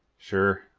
sure,